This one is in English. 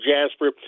Jasper